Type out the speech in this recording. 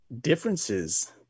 differences